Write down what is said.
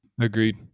Agreed